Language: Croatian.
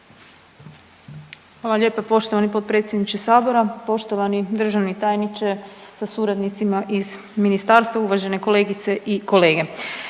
Hvala lijepa poštovani potpredsjedniče sabora. Poštovani nazočni iz ministarstva, drage kolegice i kolege,